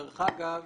דרך אגב,